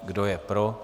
Kdo je pro?